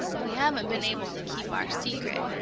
we haven't been able to keep our secret,